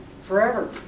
Forever